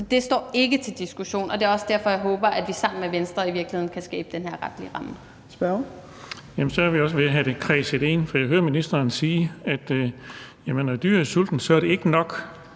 det står ikke til diskussion, og det er også derfor, jeg håber, at vi sammen med Venstre i virkeligheden kan skabe den her retlige ramme.